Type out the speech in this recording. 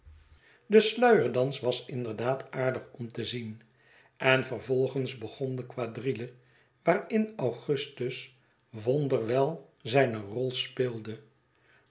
de sluierdans was inderdaad aardig om te zien en vervolgens begon de quadrille waarin augustus wonder wel zljne rol speelde